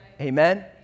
Amen